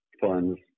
funds